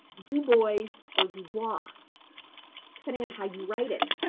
do-boys, or do-bwah, depending on how you write it.